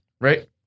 Right